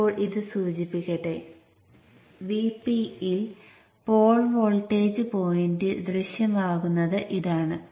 ഈ point Vin ആണ് ഈ പോയിന്റ് ഗ്രൌണ്ടിലാണ്